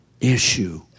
issue